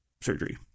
surgery